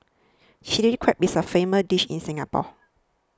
Chilli Crab is a famous dish in Singapore